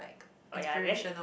oh ya that